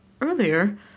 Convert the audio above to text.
earlier